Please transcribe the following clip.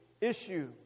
issue